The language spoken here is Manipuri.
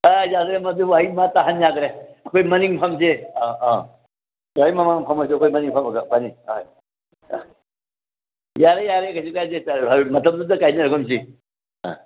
ꯌꯥꯗ꯭ꯔꯦ ꯃꯗꯨ ꯋꯥꯍꯩ ꯃꯥ ꯇꯥꯍꯟ ꯌꯥꯗ꯭ꯔꯦ ꯑꯩꯈꯣꯏ ꯃꯅꯤꯡ ꯐꯝꯁꯦ ꯑ ꯑ ꯃꯣꯍꯦꯟ ꯃꯃꯥꯡ ꯐꯝꯃꯁꯨ ꯑꯩꯈꯣꯏ ꯃꯅꯤꯡ ꯐꯝꯕꯅ ꯐꯅꯤ ꯑ ꯌꯥꯔꯦ ꯌꯥꯔꯦ ꯀꯩꯁꯨ ꯀꯥꯏꯗꯦ ꯃꯇꯝꯗꯨꯗ ꯀꯥꯏꯅꯔꯒꯨꯝꯁꯤ ꯑꯥ